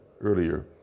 earlier